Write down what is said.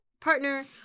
partner